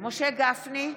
משה גפני,